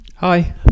Hi